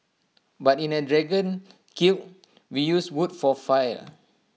but in A dragon kiln we use wood for fire